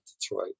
Detroit